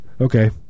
Okay